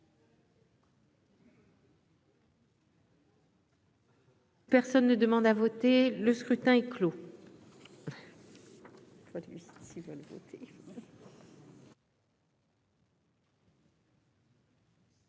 Personne ne demande à voter, le scrutin est clos.